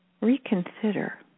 Reconsider